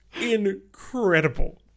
incredible